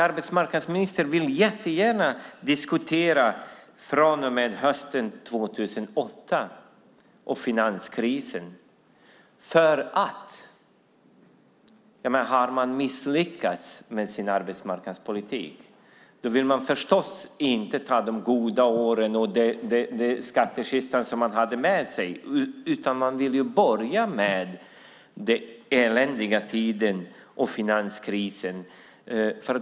Arbetsmarknadsministern vill gärna diskutera vad som har hänt sedan hösten 2008 och finanskrisen. Om man har misslyckats med sin arbetsmarknadspolitik vill man förstås inte ta upp de goda åren och den skattkista som man fick med sig, utan man vill börja med den eländiga tiden och finanskrisen.